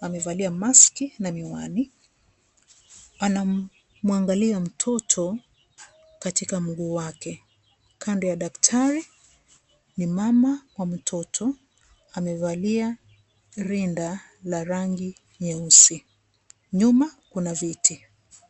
aevalia maski na miwani anamwangalia mtoto katika mguu wake, kando ya daktari ni mama wa mtoto amevalia rinda la rangi nyeusi, nyuma kuna viti.